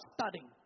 studying